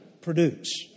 produce